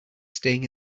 staying